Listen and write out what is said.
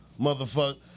motherfucker